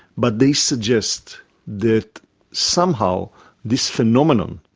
but they suggest that somehow this phenomenon,